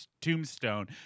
Tombstone